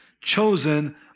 chosen